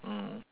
mm